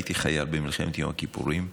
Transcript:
הייתי חייל במלחמת יום הכיפורים,